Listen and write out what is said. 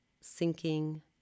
sinking